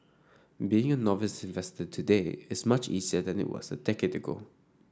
being a novice investor today is much easier than it was a decade ago